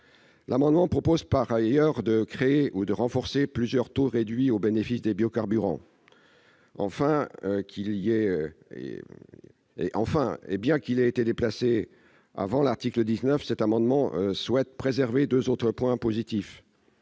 amendement vise, par ailleurs, à créer ou à renforcer plusieurs taux réduits au bénéfice des biocarburants. Enfin, et bien qu'il ait été déplacé avant l'article 19, cet amendement tend à préserver deux autres points positifs